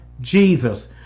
Jesus